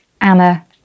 Anna